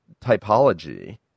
typology